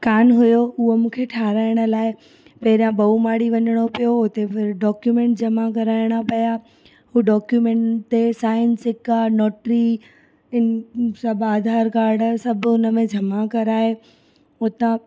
कानि हुओ उहो मूंखे ठाराइण लाइ पहिरियां बहुमाड़ी वञिणो पियो उते फिर डॉक्यूमेंट जमा कराइणा पिया हू डॉक्यूमेंट ते साइन सिका नॉट्री सभु आधार काड सभु हुन में जमा कराए उतां